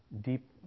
deep